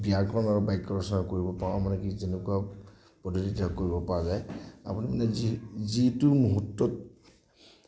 আমি ব্যাকৰণ আৰু বাক্য ৰচনা কৰিব পাৰোঁ মানে কি যেনেকুৱা প্ৰতিযোগীতা কৰিব পৰা যায় আপুনি যিটো মুহূৰ্তত